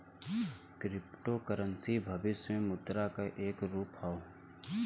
crypto currency भविष्य के मुद्रा क एक रूप हौ